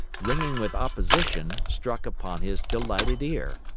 ringing with opposition, struck upon his delighted ear.